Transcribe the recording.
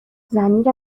ضمیر